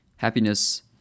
Happiness